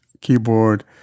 keyboard